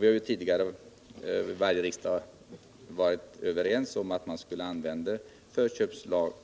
Vi har tidigare vid varje riksdag varit överens om att man skulle använda förköpslagen